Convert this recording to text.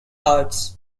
arts